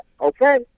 okay